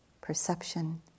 perception